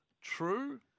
True